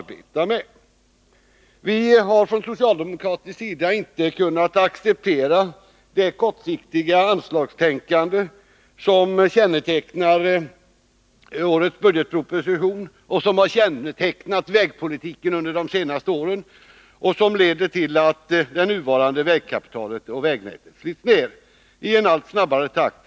Vi har från socialdemokratisk sida inte kunnat acceptera det kortsiktiga anslagstänkande som kännetecknar årets budgetproposition, som har kännetecknat vägpolitiken under de senaste åren och som leder till att det nuvarande vägkapitalet och vägnätet bryts ned i en allt snabbare takt.